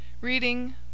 Reading